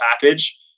package